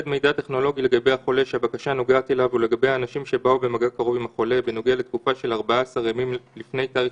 טכנולוגיות לאיתור מגעים יאספו את המידע המינימלי הדרוש להן למילוי